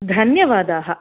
धन्यवादाः